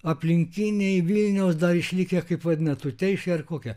aplinkiniai vilniaus dar išlikę kaip vadina tuteišiai ar kokie